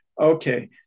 Okay